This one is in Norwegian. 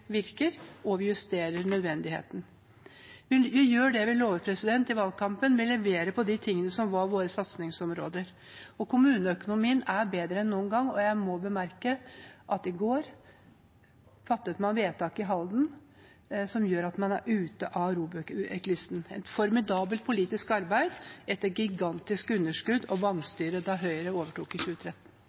virker, og vi justerer nødvendigheten. Vi gjør det vi lovet i valgkampen. Vi leverer på de tingene som var våre satsingsområder, og kommuneøkonomien er bedre enn noen gang. Jeg må bemerke at man i går fattet vedtak i Halden som gjør at man er ute av ROBEK-listen – et formidabelt politisk arbeid etter gigantiske underskudd og vanstyre da Høyre overtok i 2013.